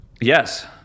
Yes